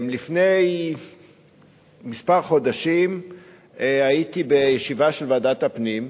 לפני כמה חודשים הייתי בישיבה של ועדת הפנים,